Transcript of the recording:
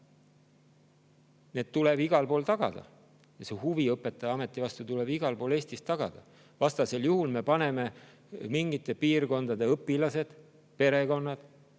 tuleb igal pool tagada ja huvi õpetajaameti vastu tuleb igal pool Eestis tagada. Vastasel juhul me paneme mingite piirkondade õpilased, perekonnad